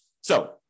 So-